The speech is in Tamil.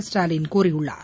ஸ்டாலின் கூறியுள்ளார்